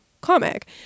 comic